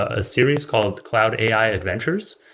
a series called cloud ai adventures.